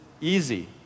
easy